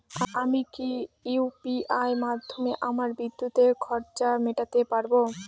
আমি কি ইউ.পি.আই মাধ্যমে আমার বিদ্যুতের খরচা মেটাতে পারব?